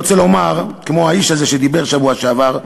כמו האיש הזה שדיבר בשבוע שעבר,